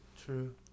True